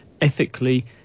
ethically